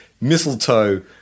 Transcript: mistletoe